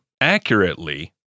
accurately